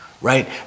right